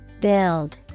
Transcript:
Build